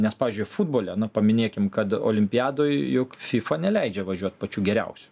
nes pavyzdžiui futbole na paminėkim kad olimpiadoj juk fifa neleidžia važiuot pačių geriausių